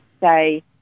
say